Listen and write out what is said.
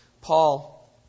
Paul